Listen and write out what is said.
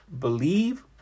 believe